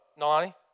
Nalani